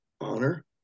honor